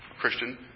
Christian